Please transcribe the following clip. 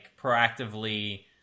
proactively